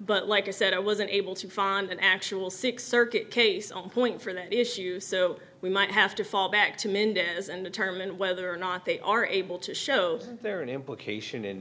but like i said i wasn't able to find an actual six circuit case on point for the issue so we might have to fall back to mendez and the term and whether or not they are able to show there an implication in